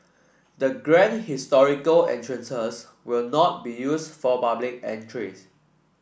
the grand historical entrances will not be used for public entries